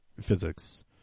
physics